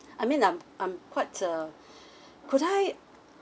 I mean I'm I'm quite uh could I